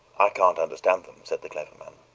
i can't understand them, said the clever man.